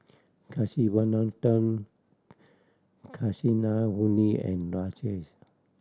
Kasiviswanathan Kasinadhuni and Rajesh